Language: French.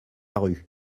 rue